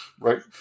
right